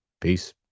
Peace